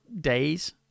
days